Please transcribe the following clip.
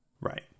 right